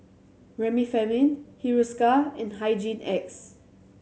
Remifemin Hiruscar and Hygin X